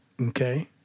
Okay